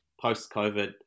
Post-COVID